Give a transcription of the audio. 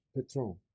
Petron